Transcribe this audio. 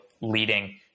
leading